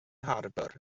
harbwr